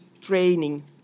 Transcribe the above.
training